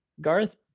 Garth